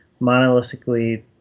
monolithically